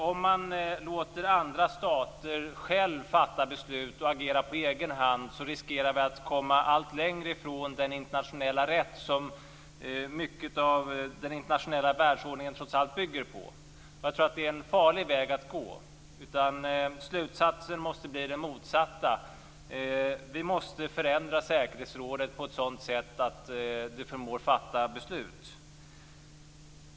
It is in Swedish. Om man låter andra stater själv fatta beslut och agera på egen hand riskerar man att komma allt längre ifrån den internationella rätt som mycket av den internationella världsordningen trots allt bygger på. Jag tror att det är en farlig väg att gå. Slutsatsen måste bli det motsatta. Vi måste förändra säkerhetsrådet på ett sådant sätt att det förmår fatta beslut.